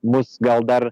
mus gal dar